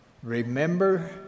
Remember